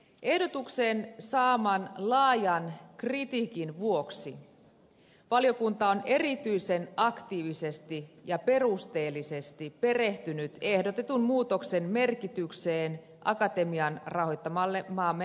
ehdotuksen saaman laajan kritiikin vuoksi valiokunta on erityisen aktiivisesti ja perusteellisesti perehtynyt ehdotetun muutoksen merkitykseen akatemian rahoittamalle maamme huippututkimukselle